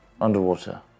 Underwater